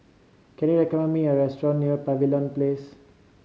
can you recommend me a restaurant near Pavilion Place